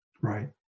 Right